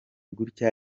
gutya